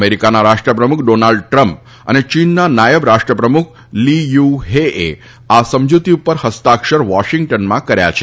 અમેરીકાના રાષ્ટ્ર પ્રમુખ ડોનાલ્ડ ટ્રમ્પ અને ચીનના નાયબ રાષ્ટ્ર પ્રમુખ લીયુ હે એ આ સમજુતી ઉપર ફસ્તાક્ષર વોશીગ્ટનમાં કર્યા છે